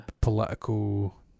political